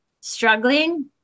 struggling